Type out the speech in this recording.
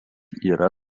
yra